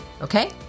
okay